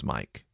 Mike